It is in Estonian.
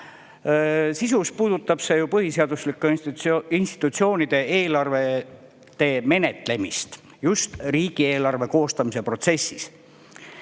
sisu puudutab põhiseaduslike institutsioonide eelarvete menetlemist just riigieelarve koostamise protsessis.